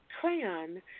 crayon